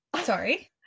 sorry